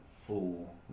fool